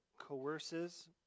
coerces